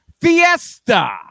Fiesta